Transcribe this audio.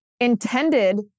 intended